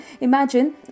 Imagine